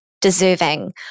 deserving